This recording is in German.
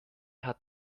hat